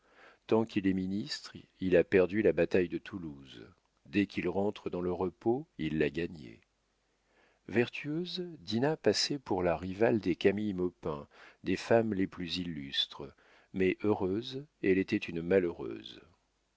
tant qu'il est ministre il a perdu la bataille de toulouse dès qu'il rentre dans le repos il l'a gagnée vertueuse dinah passait pour la rivale des camille maupin des femmes les plus illustres mais heureuse elle était une malheureuse